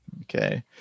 Okay